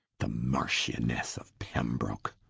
the marchionesse of penbroke?